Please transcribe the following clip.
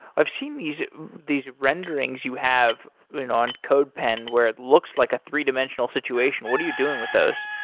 i have seen these these renderings you have and on codepen where it looks like a three dimensional situation. what are you doing with those?